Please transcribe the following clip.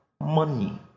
Money